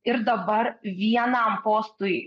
ir dabar vienam postui